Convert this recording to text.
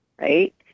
right